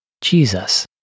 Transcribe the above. Jesus